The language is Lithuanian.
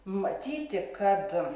matyti kad